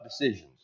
decisions